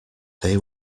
they